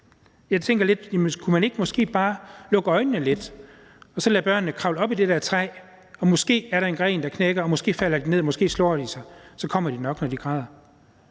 Jeg tænker: Kunne man måske ikke bare lukke øjnene lidt og så lade børnene kravle op i det der træ? Måske er der en gren, der knækker, og måske falder de ned, og måske slår de sig – så kommer de nok, når de græder